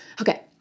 Okay